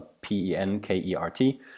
P-E-N-K-E-R-T